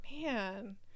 Man